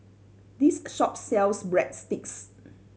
this shop sells Breadsticks